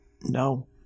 no